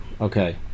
okay